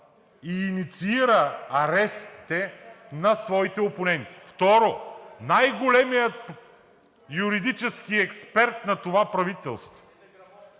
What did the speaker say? и инициира арестите на своите опоненти. Второ, най-големият юридически експерт на това правителство